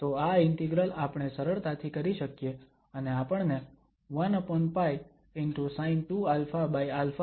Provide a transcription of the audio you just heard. તો આ ઇન્ટિગ્રલ આપણે સરળતાથી કરી શકીએ અને આપણને 1π ✕ sin2αα મૂલ્ય મળશે